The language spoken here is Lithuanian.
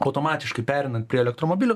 automatiškai pereinant prie elektromobilių